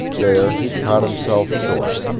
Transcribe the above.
there he caught himself short,